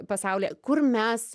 pasaulyje kur mes